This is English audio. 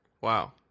Wow